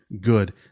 good